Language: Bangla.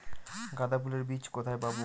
গাঁদা ফুলের বীজ কোথায় পাবো?